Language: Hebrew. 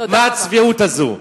מה הצביעות הזו?